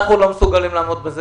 אנחנו לא מסוגלים לעמוד בזה.